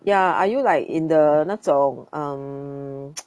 ya are you like in the 那种 um